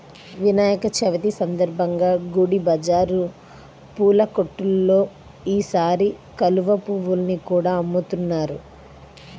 వినాయక చవితి సందర్భంగా గుడి బజారు పూల కొట్టుల్లో ఈసారి కలువ పువ్వుల్ని కూడా అమ్ముతున్నారు